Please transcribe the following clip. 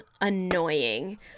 annoying